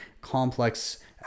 complex